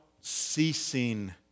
ceasing